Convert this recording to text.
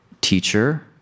teacher